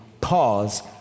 pause